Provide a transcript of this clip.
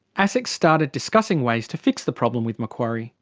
asic starting discussing ways to fix the problem with macquarie.